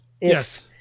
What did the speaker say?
Yes